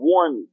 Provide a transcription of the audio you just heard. one